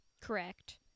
Correct